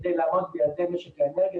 כדי לעמוד ביעדי משק האנרגיה,